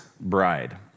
Bride